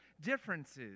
differences